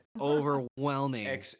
overwhelming